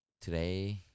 today